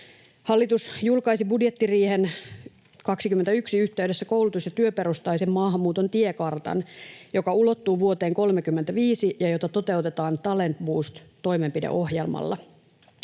Hallitus julkaisi budjettiriihen 21 yhteydessä koulutus- ja työperustaisen maahanmuuton tiekartan, joka ulottuu vuoteen 35 ja jota toteutetaan Talent Boost -toimenpideohjelmalla.